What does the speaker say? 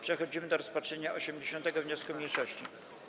Przechodzimy do rozpatrzenia 80. wniosku mniejszości.